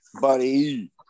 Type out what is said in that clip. buddy